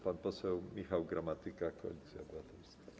Pan poseł Michał Gramatyka, Koalicja Obywatelska.